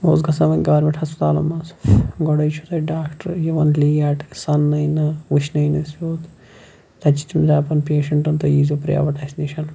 اوس گَژھان وۄنۍ گورمنٹ ہَسپَتالَن مَنٛز گۄڑے چھُ تَتہِ ڈاکٹَر یِوان لیٹ سَنٕنے نہٕ وٕچھنٕے نہٕ سیٚود تَتہِ چھِ تِم دَپان پیشَنٹَن تُہۍ ییٖزیٚو پرایویٹ اَسہِ نِش